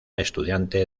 estudiante